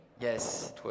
Yes